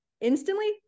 instantly